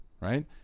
right